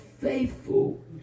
faithful